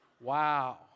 Wow